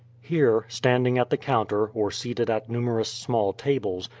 here, standing at the counter, or seated at numerous small tables,